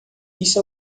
isso